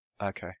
Okay